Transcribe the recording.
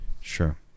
sure